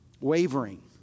wavering